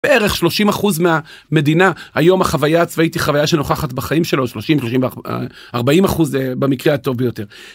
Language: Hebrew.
30% מהמדינה היום החוויה הצבאית היא חוויה שנוכחת בחיים שלו 40% במקרה הטוב ביותר.